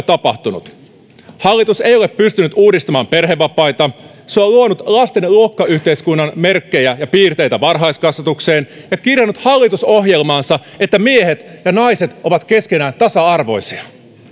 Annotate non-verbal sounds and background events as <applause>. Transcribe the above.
<unintelligible> tapahtunut hallitus ei ole pystynyt uudistamaan perhevapaita se on luonut lasten luokkayhteiskunnan merkkejä ja piirteitä varhaiskasvatukseen ja kirjannut hallitusohjelmaansa että miehet ja naiset ovat keskenään tasa arvoisia